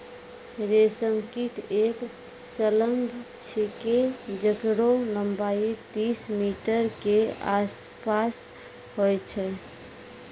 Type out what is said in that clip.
रेशम कीट एक सलभ छिकै जेकरो लम्बाई तीस मीटर के आसपास होय छै